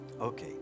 Okay